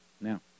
Now